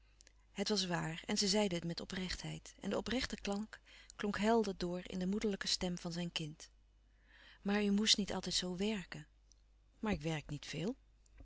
het was waar en zij zeide het met oprechtheid en de oprechte klank klonk helder door in de moederlijke stem van zijn kind maar u moest niet altijd zoo werken maar ik werk niet veel